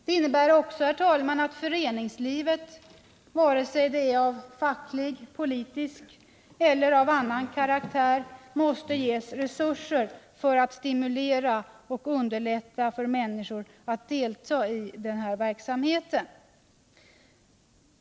Det innebär också, herr talman, att föreningslivet, vare sig det är av facklig, politisk eller annan karaktär, måste ges resurser så att det kan stimulera och underlätta för människorna att delta i den här verksam = Fritidspolitiken heten.